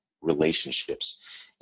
relationships